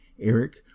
Eric